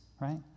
right